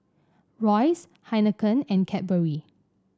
Royce Heinekein and Cadbury